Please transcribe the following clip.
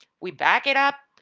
we back it up,